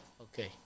okay